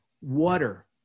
water